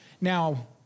Now